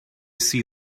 see